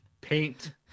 paint